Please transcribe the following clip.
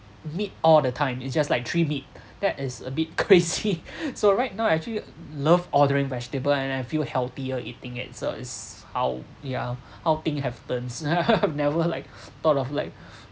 meat all the time it's just like three meat that is a bit crazy so right now actually love ordering vegetable and I feel healthier eating it so is how yeah how thing happens never like thought of like